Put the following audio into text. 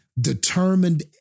determined